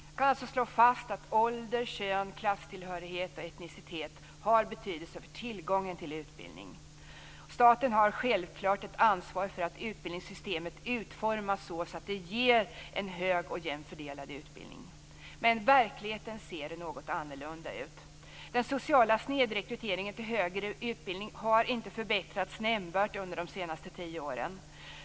Vi kan alltså slå fast att ålder, kön, klasstillhörighet och etnicitet har betydelse för tillgången till utbildning. Staten har självklart ett ansvar för att utbildningssystemet utformas så att det ger en hög och jämnt fördelad utbildning. Verkligheten ser något annorlunda ut. Den sociala snedrekryteringen till högre utbildning har inte förbättrats nämnvärt under de senaste tio åren.